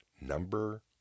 number